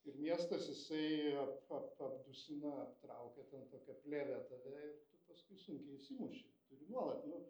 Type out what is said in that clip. ir miestas jisai ap ap apdusina aptraukia ten tokia plėve tave ir paskui sunkiai išsimuši turi nuolat nu